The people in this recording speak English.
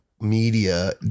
media